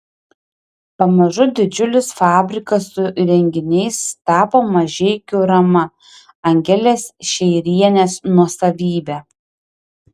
pamažu didžiulis fabrikas su įrenginiais tapo mažeikių rama angelės šeirienės nuosavybe